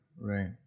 right